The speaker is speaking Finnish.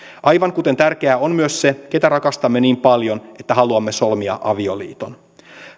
aivan kuten tärkeää on myös se ketä rakastamme niin paljon että haluamme solmia avioliiton